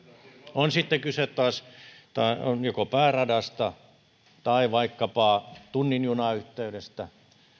on sitten kyse joko pääradasta tai vaikkapa tunnin junayhteydestä